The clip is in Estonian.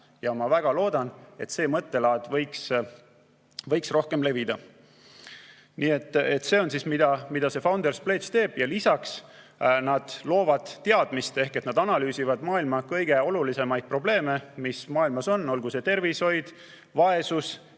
Ma väga loodan, et selline mõttelaad edaspidi rohkem levib. Nii et see on see, mida Founders Pledge teeb. Lisaks nad loovad teadmist ehk analüüsivad maailma kõige olulisemaid probleeme, mis maailmas on, olgu see tervishoid, vaesus,